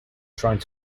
trying